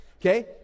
Okay